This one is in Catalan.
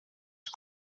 les